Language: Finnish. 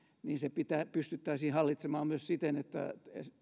niin pystyttäisiinkö se hallitsemaan myös siten että